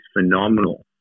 phenomenal